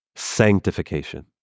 sanctification